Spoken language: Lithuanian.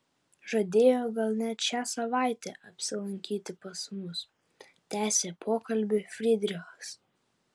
žadėjo gal net šią savaitę apsilankyti pas mus tęsė pokalbį frydrichas